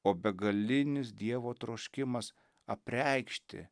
o begalinis dievo troškimas apreikšti